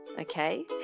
okay